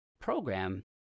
program